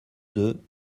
deux